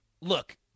Look